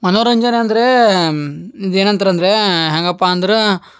ಮನೋರಂಜನೆ ಅಂದರೆ ಏನಂತಾರ್ ಅಂದರೆ ಹೇಗಪ್ಪ ಅಂದ್ರೆ